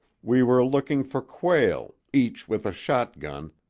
we were looking for quail, each with a shotgun,